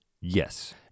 Yes